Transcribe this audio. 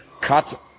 cut